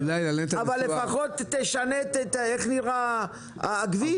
אבל לפחות תשנה את איך שנראה הכביש.